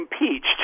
impeached